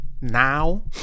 now